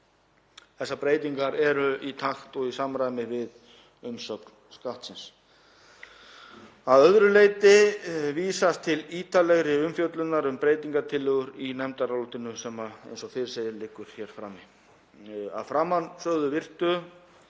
Þessar breytingar eru í takt og í samræmi við umsögn Skattsins. Að öðru leyti vísast til ítarlegri umfjöllunar um breytingartillögur í nefndarálitinu sem, eins og fyrr segir, liggur hér frammi.